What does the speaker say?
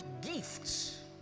gifts